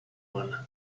one